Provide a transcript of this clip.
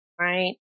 right